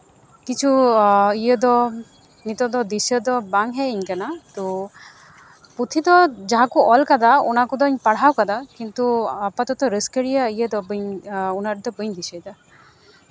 ᱠᱤᱪᱷᱩ ᱤᱭᱟᱹᱫᱚ ᱱᱤᱛᱚᱜ ᱫᱚ ᱫᱤᱥᱟᱹ ᱫᱚ ᱵᱟᱝ ᱦᱮᱡ ᱟᱹᱧ ᱠᱟᱱᱟ ᱛᱚ ᱯᱩᱛᱷᱤ ᱫᱚ ᱡᱟᱦᱟᱸ ᱠᱚ ᱚᱞ ᱠᱟᱫᱟ ᱚᱱᱟ ᱠᱚᱫᱚᱧ ᱯᱟᱦᱟᱣ ᱠᱟᱫᱟ ᱠᱤᱱᱛᱩ ᱟᱯᱟᱛᱚᱛ ᱨᱟᱹᱥᱠᱟᱹ ᱨᱮᱭᱟᱜ ᱤᱭᱟᱹ ᱫᱚ ᱵᱟᱹᱧ ᱩᱱᱟᱹᱜ ᱟᱸᱴ ᱫᱚ ᱵᱟᱹᱧ ᱫᱤᱥᱟᱹᱭᱫᱟ